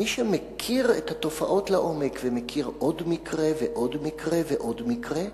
מי שמכיר את התופעות לעומק ומכיר עוד מקרה ועוד מקרה ועוד מקרה,